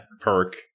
perk